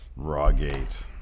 Rawgate